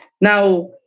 Now